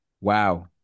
Wow